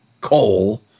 coal